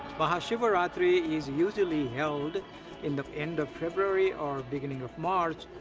maha shivaratri is usually held in the end of february or beginning of march.